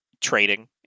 trading